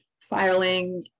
filing